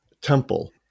temple